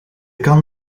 kan